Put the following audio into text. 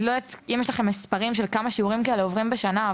אם יש לכם מספרים של כמה שיעורים כאלה עוברים בשנה,